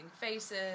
faces